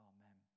Amen